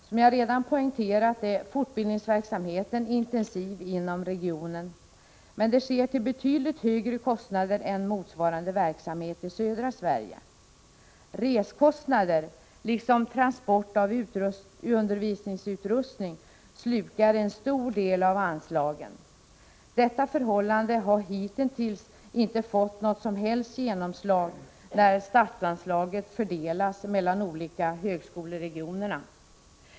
Som jag redan poängterat är fortbildningsverksamheten intensiv inom regionen, men det sker till betydligt högre kostnader än motsvarande verksamhet i södra Sverige. Reskostnader liksom transport av undervisningsutrustning slukar en stor del av anslagen. Detta förhållande har hittills inte fått något som helst genomslag när statsanslaget fördelas mellan de olika högskoleregionerna.